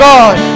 God